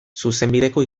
zuzenbideko